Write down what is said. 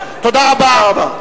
תודה רבה.